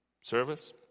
service